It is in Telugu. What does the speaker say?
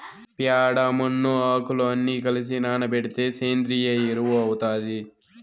ప్యాడ, మన్ను, ఆకులు అన్ని కలసి నానబెడితే సేంద్రియ ఎరువు అవుతాది